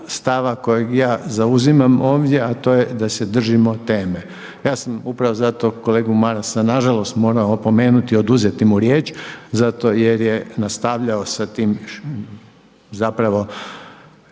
stava kojeg ja zauzimam ovdje, a to je da se držimo teme. Ja sam upravo zato kolegu Marasa na žalost morao opomenuti, oduzeti mu riječ zato jer je nastavljao sa tim zapravo